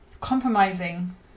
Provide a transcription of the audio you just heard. compromising